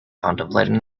contemplating